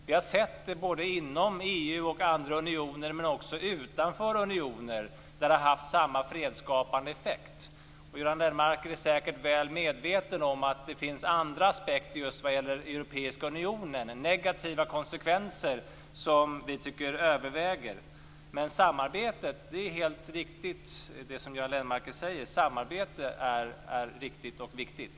Vi har sett inom EU och andra unioner men också utanför unioner att samarbete har haft samma fredsskapande effekt. Göran Lennmarker är säkert väl medveten om att det finns andra aspekter vad gäller just Europeiska unionen. Det finns negativa konsekvenser som vi tycker överväger. Men det är helt riktigt som Göran Lennmarker säger. Samarbete är riktigt och viktigt.